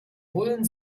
bullen